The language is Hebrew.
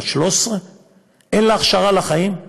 בת 13. אין לה הכשרה לחיים.